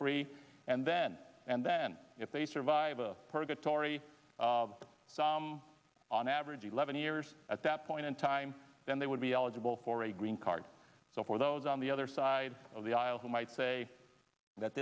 free and then and then if they survive a purgatory on average eleven years at that point in time then they would be eligible for a green card so for those on the other side of the aisle who might say that